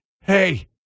hey